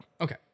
Okay